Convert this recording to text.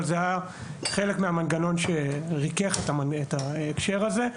בג״ץ לא פסל על ביטול אבל היה חלק מהמנגנון שריכך את ההקשר הזה.